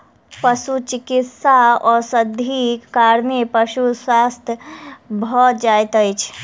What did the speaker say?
पशुचिकित्सा औषधिक कारणेँ पशु स्वस्थ भ जाइत अछि